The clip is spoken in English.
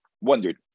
wondered